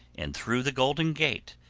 and through the golden gate,